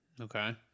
Okay